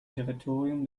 territorium